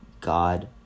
God